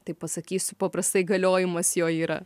taip pasakysiu paprastai galiojimas jo yra